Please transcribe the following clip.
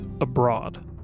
abroad